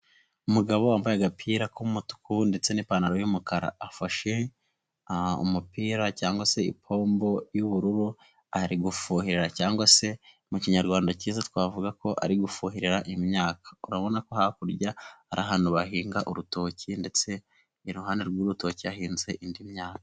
Umugabo wambaye agapira k'umutuku ndetse n'ipantaro y'umukara, afashe umupira cyangwa se ipombo y'ubururu, ari gufuhira cyangwa se mu kinyarwanda cyiza twavuga ko ari gufohirira imyaka, urabona ko hakurya, ari ahantu bahinga urutoki ndetse iruhande rw'urutoki hahinze indi myaka.